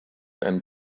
and